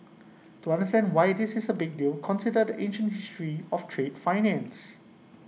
to understand why this is A big deal consider ancient history of trade finance